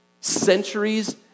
centuries